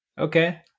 okay